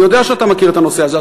אני יודע שאתה מכיר את הנושא הזה.